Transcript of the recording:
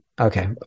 okay